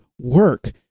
work